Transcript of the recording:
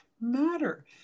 matter